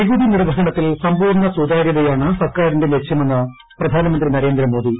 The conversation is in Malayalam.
നികുതി നിർവ്വഹണത്തിൽ സമ്പൂർണ്ണ സുതാര്യതയാണ് സർക്കാരിന്റെ ലക്ഷ്യമെന്ന് പ്രധാനമന്ത്രി നരേന്ദ്രമോദി